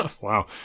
wow